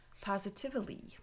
positively